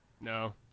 No